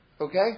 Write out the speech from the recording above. okay